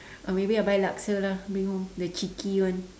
or maybe I buy laksa lah take home the chicky one